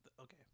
Okay